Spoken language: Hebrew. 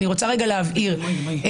אני רוצה רגע להבהיר לך,